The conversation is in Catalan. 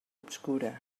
obscura